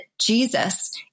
Jesus